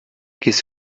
gehst